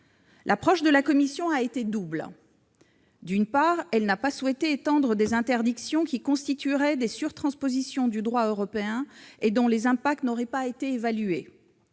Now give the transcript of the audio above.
L'approche de la commission a été double. D'une part, elle n'a pas souhaité étendre des interdictions qui constitueraient des surtranspositions du droit européen et dont les impacts n'auraient pas été évalués.